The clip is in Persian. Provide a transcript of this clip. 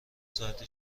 ساعت